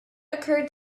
occurred